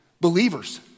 believers